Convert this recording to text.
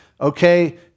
Okay